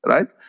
Right